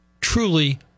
truly